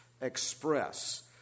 express